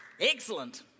excellent